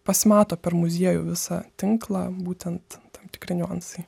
pasimato per muziejų visą tinklą būtent tam tikri niuansai